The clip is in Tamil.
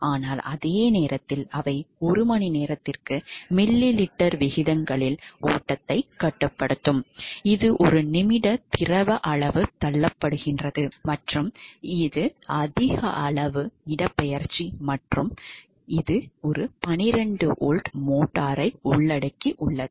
ஆனால் அதே நேரத்தில் அவை ஒரு மணி நேரத்திற்கு மில்லிலிட்டர் விகிதங்களில் ஓட்டத்தை கட்டுப்படுத்தலாம் இது ஒரு நிமிட திரவ அளவு தள்ளப்படுகிறது மற்றும் இது அதிக அளவு இடப்பெயர்ச்சி மற்றும் 12 வோல்ட் மோட்டார் ஆகும்